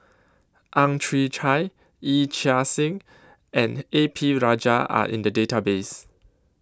Ang Chwee Chai Yee Chia Hsing and A P Rajah Are in The Database